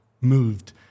moved